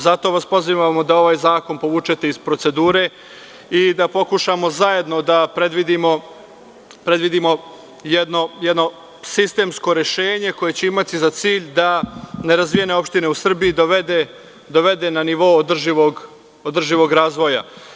Zato vas pozivamo da ovaj zakon povučete iz procedure i da pokušamo zajedno da predvidimo jedno sistemsko rešenje koje će imati za cilj da nerazvijene opštine u Srbiji dovede na nivo održivog razvoja.